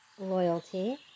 loyalty